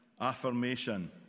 affirmation